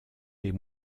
les